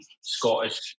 Scottish